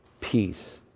peace